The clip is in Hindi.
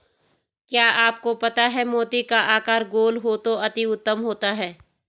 क्या आपको पता है मोती का आकार गोल हो तो अति उत्तम होता है